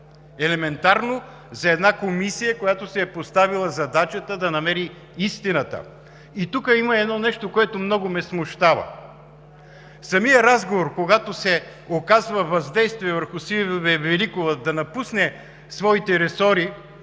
елементарно за една комисия, която си е поставила задачата да намери истината. Тук има едно нещо, което много ме смущава. Самият разговор, когато се оказва въздействие върху Силвия Великова да напусне своите ресори